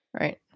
Right